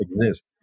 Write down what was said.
exist